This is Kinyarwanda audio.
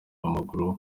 w’amaguru